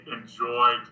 enjoyed